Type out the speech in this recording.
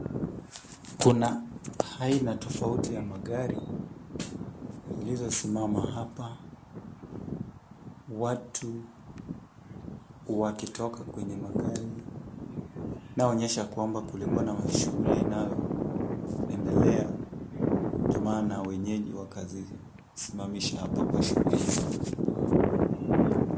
Kuna aina tofauti ya magari zilizosimama hapa. Watu wakitoka kwenye magari inayoonyesha kwamba kulikuwa na shughuli inayoendelea ndio maana wenyeji wakazisimamisha hapa kwa shughuli hizo.